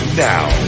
now